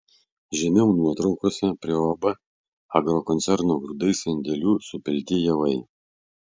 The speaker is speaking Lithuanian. žemiau nuotraukose prie uab agrokoncerno grūdai sandėlių supilti javai